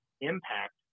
impact